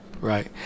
right